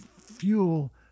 fuel